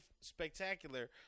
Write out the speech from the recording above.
spectacular